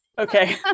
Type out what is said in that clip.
okay